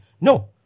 No